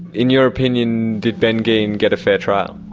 in your opinion, did ben geen get a fair trial?